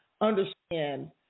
understand